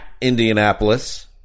Indianapolis